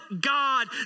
God